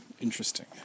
interesting